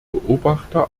beobachter